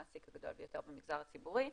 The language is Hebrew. המעסיק הגדול ביותר במגזר הציבורי.